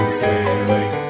sailing